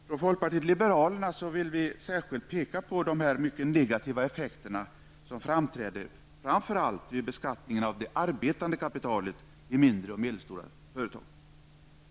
Från folkpartiet liberalerna vill vi särskilt peka på de mycket negativa effekterna som framträder framför allt vid beskattning av arbetande kapital i mindre och medelstora företag.